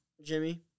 jimmy